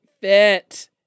fit